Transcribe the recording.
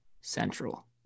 Central